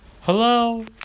Hello